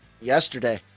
yesterday